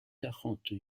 quarante